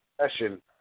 session